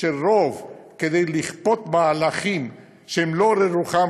של רוב כדי לכפות מהלכים שהם לא לרוחם,